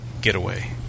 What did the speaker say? getaway